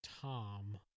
Tom